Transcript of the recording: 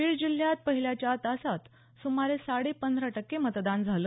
बीड जिल्ह्यात पहिल्या चार तासांत सुमारे साडे पंधरा टक्के मतदान झालं